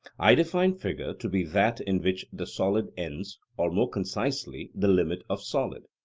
i define figure to be that in which the solid ends or, more concisely, the limit of solid.